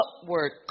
upward